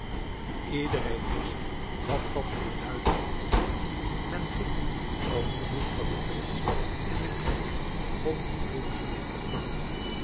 iedereen wist wat dat te beduiden had men ging op verzoek van den prins in de kerken god om hulp smeeken